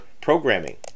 programming